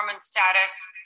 status